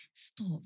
Stop